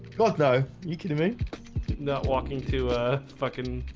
thought no you kidding me not walking to fucking